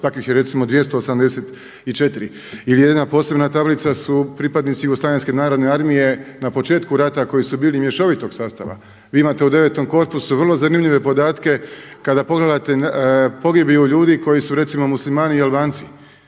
Takvih je recimo 284. Ili jedna posebna tablica su pripadnici Jugoslavenske narodne armije na početku rata koji su bili mješovitog sastava. Vi imate u 9 korpusu vrlo zanimljive podatke kada pogledate pogibiju ljudi koji su recimo Muslimani i Albanci.